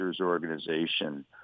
organization